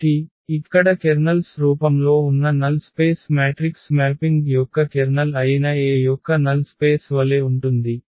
కాబట్టి ఇక్కడ కెర్నల్స్ రూపంలో ఉన్న నల్ స్పేస్ మ్యాట్రిక్స్ మ్యాపింగ్ యొక్క కెర్నల్ అయిన a యొక్క నల్ స్పేస్ వలె ఉంటుంది